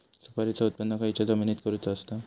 सुपारीचा उत्त्पन खयच्या जमिनीत करूचा असता?